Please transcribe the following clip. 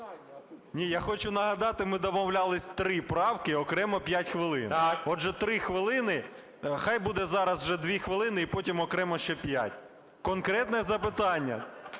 Ні, я хочу нагадати, ми домовлялися три правки і окремо п'ять хвилин. Отже, три хвилини. Хай буде зараз вже дві хвилини, і потім окремо ще п'ять. Конкретне запитання